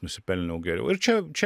nusipelniau geriau ir čia čia